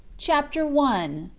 chapter one.